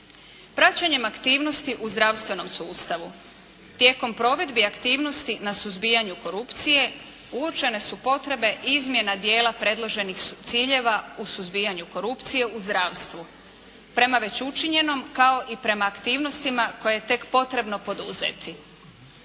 Praćenjem aktivnosti u zdravstvenom sustavu, tijekom provedbi aktivnosti na suzbijanju korupcije, uočene su potrebe izmjena dijela predloženih ciljeva u suzbijanju korupcije u zdravstvu prema već učinjenom, kao i prema aktivnostima koje je tek potrebno poduzeti.